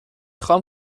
خوام